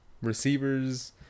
receivers